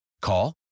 Call